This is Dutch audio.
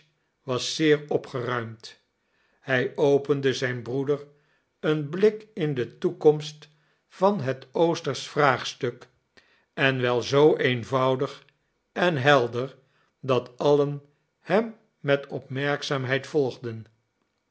was zeer opgeruimd hij opende zijn broeder een blik in de toekomst van het oostersch vraagstuk en wel zoo eenvoudig en helder dat allen hem met opmerkzaamheid volgden